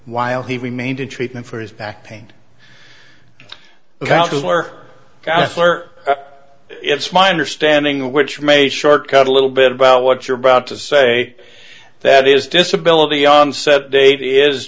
while he remained in treatment for his back pain about the work it's my understanding which may short cut a little bit about what you're about to say that is disability onset date is